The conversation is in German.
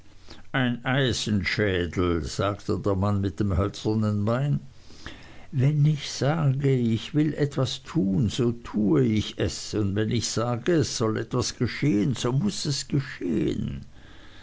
ein eisenschädel sagte der mann mit dem hölzernen bein wenn ich sage ich will etwas tun so tue ich es und wenn ich sage es soll etwas geschehen so muß es geschehen